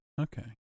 Okay